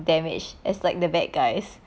damage as like the bad guys